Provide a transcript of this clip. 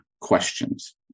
questions